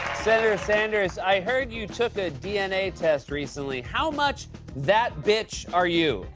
senator sanders, i heard you took a dna test recently. how much that bitch are you?